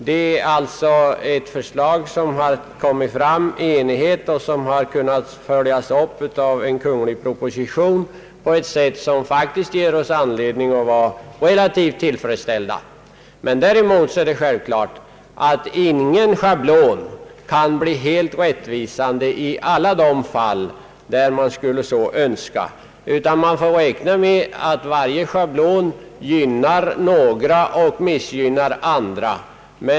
Denna innebar ett förslag som man nått full enighet om och det kunde följas upp med en proposition från Kungl. Maj:t på ett sätt som ger oss anledning att känna oss relativt tillfredsställda. Däremot är det självklart att ingen schablon kan bli helt rättvisande i alla de fall där så är Önskvärt. Man får räkna med att varje schablon gynnar vissa och missgynnar andra.